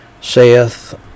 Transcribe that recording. saith